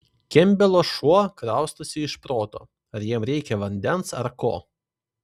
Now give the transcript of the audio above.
kempbelo šuo kraustosi iš proto ar jam reikia vandens ar ko